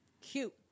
cute